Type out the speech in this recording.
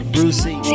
Brucey